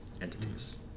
entities